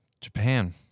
Japan